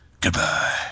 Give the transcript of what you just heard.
goodbye